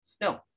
no